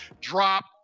Drop